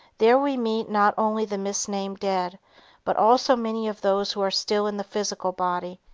there we meet not only the misnamed dead but also many of those who are still in the physical body,